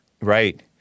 Right